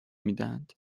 میدهند